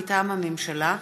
מטעם הממשלה: